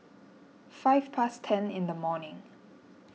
five past ten in the morning